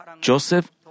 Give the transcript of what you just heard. Joseph